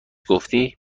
گفتی